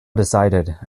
decided